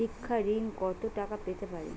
শিক্ষা ঋণ কত টাকা পেতে পারি?